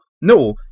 no